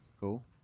Cool